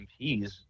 mps